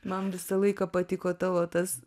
man visą laiką patiko tavo tas